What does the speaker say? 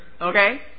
Okay